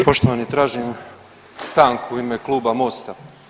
Poštovani, tražim stanku u ime Kluba Mosta.